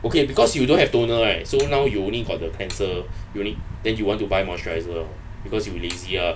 okay because you don't have toner right so now you only got the cleanser you need then you want to buy moisturiser because you lazy ah